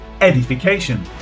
edification